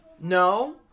no